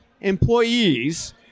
employees